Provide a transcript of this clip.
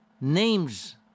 names